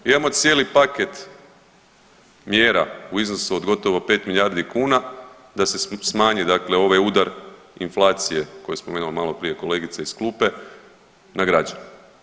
Mi imamo cijeli paket mjera u iznosu od gotovo 5 milijardi kuna da se smanji dakle ovaj udar inflacije koju je spomenula maloprije kolegica iz klupe na građane.